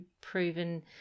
proven